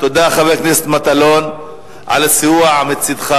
תודה לחבר הכנסת מטלון על הסיוע מצדך,